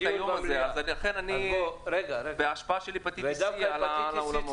ולכן אני בהשפעה של הפטטיס C על האולמות.